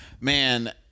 Man